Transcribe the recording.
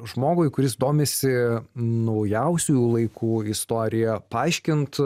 žmogui kuris domisi naujausių laikų istorija paaiškint